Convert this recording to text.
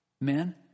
men